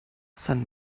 san